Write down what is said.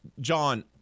John